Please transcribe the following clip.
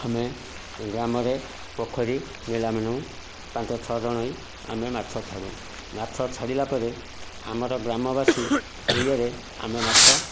ଆମେ ଗ୍ରାମରେ ପୋଖରୀ ନିଲାମି ନଉ ପାଞ୍ଚଛଅ ଜଣ ହେଇ ଆମେ ମାଛ ଛାଡ଼ୁ ମାଛ ଛାଡ଼ିଲାପରେ ଆମର ଗ୍ରାମବାସୀ ଇଏରେ ଆମେ ମାଛ